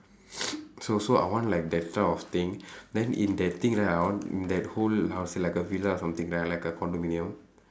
so so I want like that that type of thing then in that thing right I want in that whole house like a villa or something ya like a condominium